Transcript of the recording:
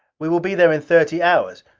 we will be there in thirty hours.